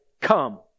come